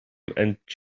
and